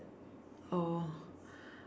or